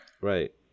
right